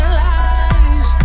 lies